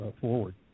forward